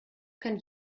kann